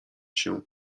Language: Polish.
się